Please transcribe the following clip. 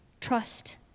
trust